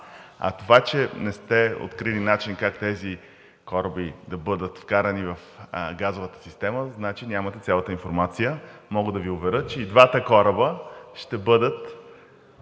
А това, че не сте открили начин как тези кораби да бъдат вкарани в газовата система, значи нямате цялата информация. Мога да Ви уверя, че и двата кораба ще бъдат